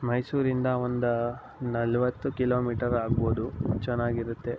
ಮೈಸೂರಿಂದ ಒಂದು ನಲವತ್ತು ಕಿಲೋಮೀಟರ್ ಆಗ್ಬೋದು ಚೆನ್ನಾಗಿರುತ್ತೆ